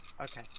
Okay